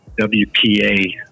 WPA